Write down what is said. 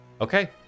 Okay